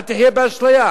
אל תחיה באשליה.